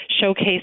showcase